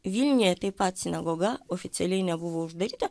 vilniuje taip pat sinagoga oficialiai nebuvo uždaryta